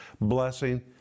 blessing